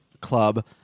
club